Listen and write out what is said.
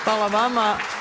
Hvala vama.